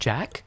Jack